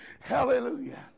Hallelujah